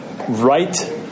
Right